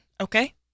Okay